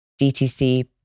DTC